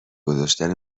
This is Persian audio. گذاشتن